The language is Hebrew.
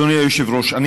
אדוני היושב-ראש,